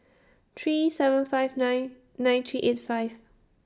three seven five nine nine three eight five